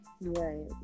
Right